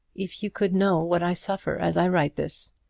if you could know what i suffer as i write this.